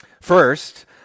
First